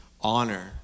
Honor